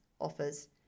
offers